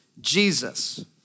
Jesus